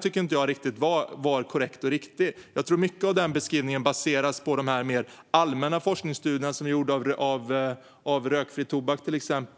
tycker jag inte var korrekt och riktig. Jag tror att mycket av den beskrivningen baseras på de mer allmänna forskningsstudier som är gjorda när det gäller rökfri tobak, till exempel.